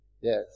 yes